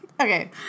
okay